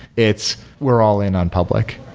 it's, we're all in on public.